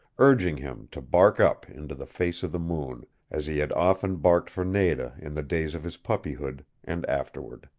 urging him to bark up into the face of the moon, as he had often barked for nada in the days of his puppyhood, and afterward.